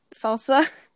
salsa